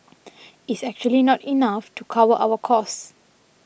is actually not enough to cover our cost